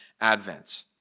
advent